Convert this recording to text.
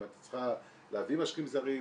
אם את צריכה להביא משקיעים זרים,